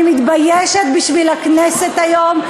אני מתביישת בשביל הכנסת היום.